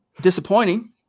Disappointing